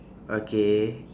okay